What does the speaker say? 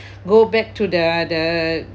go back to the the